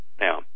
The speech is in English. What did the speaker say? Now